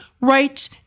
right